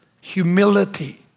humility